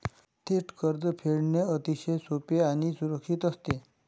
थेट कर्ज फेडणे अतिशय सोपे आणि सुरक्षित असते